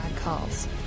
calls